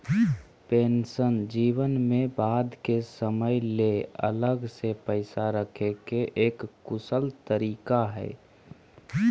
pension जीवन में बाद के समय ले अलग से पैसा रखे के एक कुशल तरीका हय